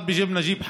אחד בשם נג'יב חלבי,